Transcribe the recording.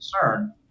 concern